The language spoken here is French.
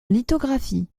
lithographie